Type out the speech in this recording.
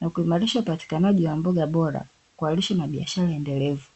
na kuimarisha upatikanaji wa mboga bora kwa lishe na biashara endelevu.